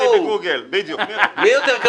אני.